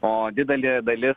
o didelė dalis